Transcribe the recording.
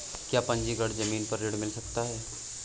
क्या पंजीकरण ज़मीन पर ऋण मिल सकता है?